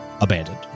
abandoned